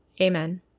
Amen